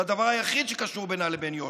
זה הדבר היחיד שקשור בינה ובין יושר,